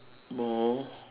mou